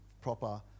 proper